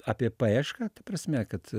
apie paiešką ta prasme kad